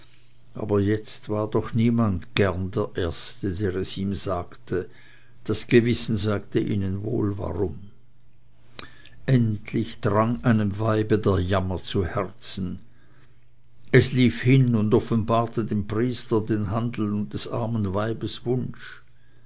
aber jetzt war doch niemand gerne der erste der es ihm sagte das gewissen sagte ihnen wohl warum endlich drang einem weibe der jammer zu herzen es lief hin und offenbarte dem priester den handel und des armen weibes wunsch